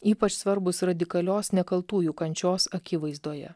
ypač svarbūs radikalios nekaltųjų kančios akivaizdoje